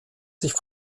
sich